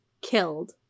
killed